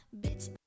bitch